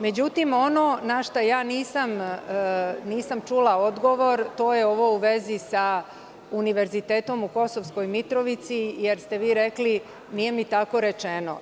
Međutim, ono na šta ja nisam čula odgovor je u vezi sa Univerzitetom u Kosovskoj Mitrovici, jer ste vi rekli – nije mi tako rečeno.